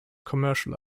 commercial